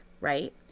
right